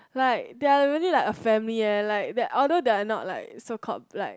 like they are really like a family eh like although they are not like so called like